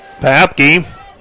Papke